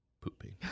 pooping